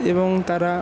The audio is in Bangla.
এবং তারা